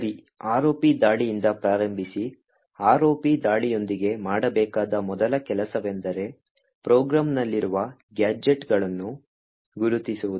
ಸರಿ ROP ದಾಳಿಯಿಂದ ಪ್ರಾರಂಭಿಸಿ ROP ದಾಳಿಯೊಂದಿಗೆ ಮಾಡಬೇಕಾದ ಮೊದಲ ಕೆಲಸವೆಂದರೆ ಪ್ರೋಗ್ರಾಂನಲ್ಲಿರುವ ಗ್ಯಾಜೆಟ್ಗಳನ್ನು ಗುರುತಿಸುವುದು